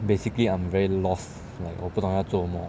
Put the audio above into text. basically I'm very lost like 我不懂要做什么